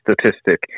statistic